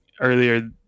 earlier